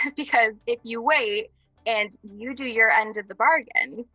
because if you wait and you do your end of the bargain,